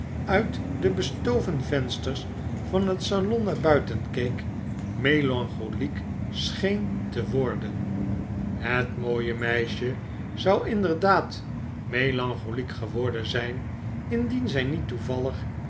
uit de bestoven vensters van het salon naar buiten keek melancholiek scheen te worden het mooie meisje zou inderdaad melancholiek geworden zijn indien zy niet toevallig